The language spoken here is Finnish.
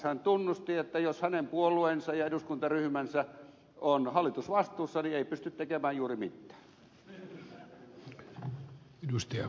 hän tunnusti että jos hänen puolueensa ja eduskuntaryhmänsä ovat hallitusvastuussa niin ei pysty tekemään juuri mitään